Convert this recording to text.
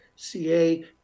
CA